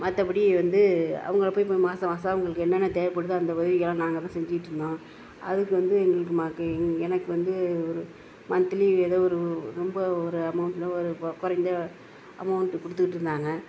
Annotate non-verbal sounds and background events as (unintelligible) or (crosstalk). மற்றபடி வந்து அவங்களுக்கே போய் மாதம் மாதம் அவங்களுக்கு என்னென்ன தேவைப்படுதோ அந்த உதவிகளை நாங்கள் தான் செஞ்சிகிட்ருந்தோம் அதுக்கு வந்து எங்களுக்கு எனக்கு வந்து மன்த்லி ஏதோ ஒரு ரொம்ப ஒரு அமௌண்ட் (unintelligible) ஒரு கொறைந்த அமௌண்ட் கொடுத்துட்ருந்தாங்க